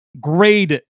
grade